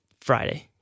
Friday